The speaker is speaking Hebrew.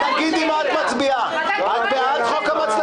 אם את לא מצביעה, אני מוותר על קולך.